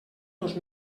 dos